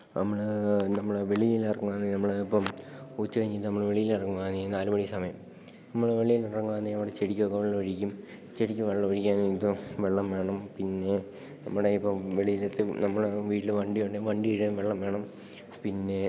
നമ്മള് വെളിയിലിറങ്ങുകയാണെങ്കില് നമ്മള് ഇപ്പോള് ഉച്ച കഴിഞ്ഞിട്ട് നമ്മള് വെളിയിലറങ്ങുകയാണെങ്കില് ഈ നാലു മണി സമയം നമ്മള് വെളിയിലിറങ്ങുകയാണെങ്കില് നമ്മള് ചെടിക്കൊക്കെ വെള്ളമൊഴിക്കും ചെടിക്ക് വെള്ളമൊഴിക്കാനിപ്പോള് വെള്ളം വേണം പിന്നെ നമ്മുടെ ഇപ്പോള് വെളിയിലത്തെ നമ്മള് വീട്ടില് വണ്ടി ഉണ്ടെങ്കില് വണ്ടി കഴുകാന് വെള്ളം വേണം പിന്നേ